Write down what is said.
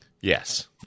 Yes